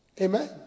Amen